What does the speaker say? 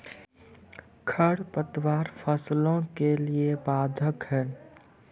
खडपतवार फसलों के लिए बाधक हैं?